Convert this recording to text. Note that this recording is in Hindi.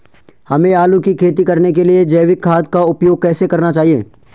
हमें आलू की खेती करने के लिए जैविक खाद का उपयोग कैसे करना चाहिए?